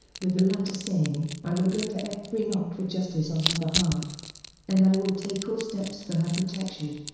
with the latter saying, i will go to every knock for justice on her behalf and i will take all steps for her protection.